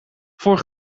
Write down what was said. voor